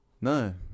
No